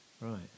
right